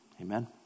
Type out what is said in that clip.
Amen